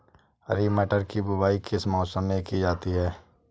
हरी मटर की बुवाई किस मौसम में की जाती है?